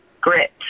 grit